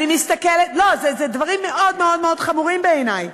אלה דברים מאוד מאוד חמורים בעיני.